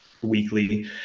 weekly